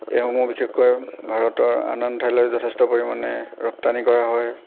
এইসমূহ বিশেষকৈ ভাৰতৰ আন আন ঠাইলৈ যথেষ্ট পৰিমাণে ৰপ্তানী কৰা হয়